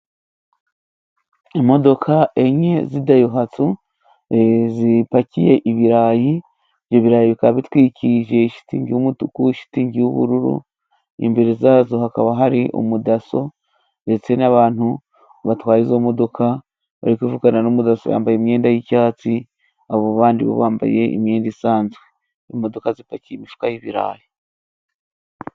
Imodoka enye z'idayihatsu zipakiye ibirayi. Ibyo birayi bikaba bitwikirije shitingi y'umutuku ,shitingi y'ubururu ,imbere yazo hakaba hari umudaso ndetse n'abantu batwaye izo modoka bari kuvugana n'umudaso yambaye imyenda y'icyatsi abo bandi bo bambaye imyenda isanzwe . Imodoka zipakiye imifuka y'ibirayi.